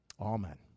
Amen